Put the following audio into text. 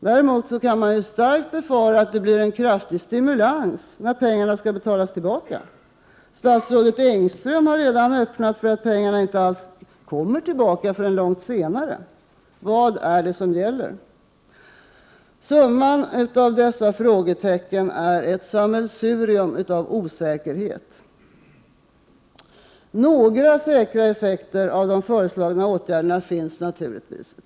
Däremot kan man starkt befara att det blir en kraftig stimulans när pengarna skall betalas tillbaka. Statsrådet Engström har redan öppnat för att pengarna inte alls kommer tillbaka förrän långt senare. Vad gäller? Summan av dessa frågetecken är ett sammelsurium av osäkerhet. Några säkra effekter av de föreslagna åtgärderna finns naturligtvis.